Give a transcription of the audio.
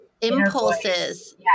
impulses